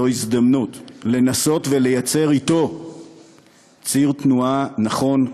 זו הזדמנות לנסות ליצור אתו ציר תנועה נכון,